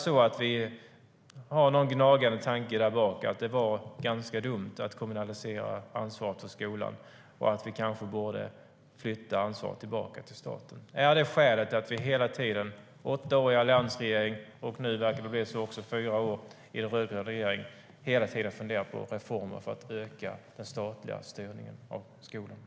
Har vi någon gnagande tanke där i bakhuvudet om att det var ganska dumt att kommunalisera ansvaret för skolan och att vi kanske borde flytta ansvaret för skolan tillbaka till staten? Är det skälet till att vi hela tiden under åtta år med alliansregeringen - och nu verkar det också bli fyra år med rödgrön regering - funderade på reformer för att öka den statliga styrningen av skolan?